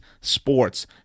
sports